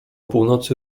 północy